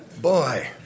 Boy